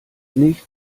nicht